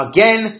Again